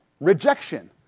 Rejection